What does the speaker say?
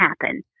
happen